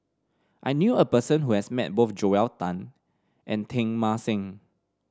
I knew a person who has met both Joel Tan and Teng Mah Seng